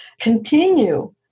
continue